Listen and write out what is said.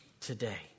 today